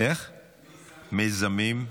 מיזמים ציבוריים.